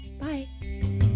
Bye